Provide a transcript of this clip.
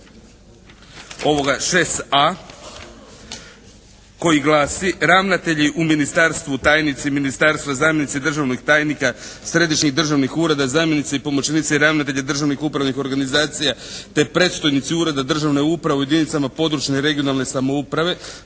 6.a koji glasi: «Ravnatelji u ministarstvu, tajnici ministarstva, zamjenici državnih tajnika središnjih državnih ureda, zamjenici i pomoćnici ravnatelja i državnih upravnih organizacija te predstojnici ureda državne uprave u jedinicama područne i regionalne samouprave